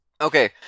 Okay